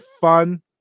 fun